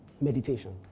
meditation